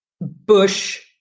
Bush